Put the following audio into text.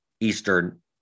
Eastern